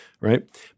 right